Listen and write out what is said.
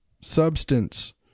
substance